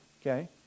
okay